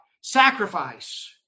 Sacrifice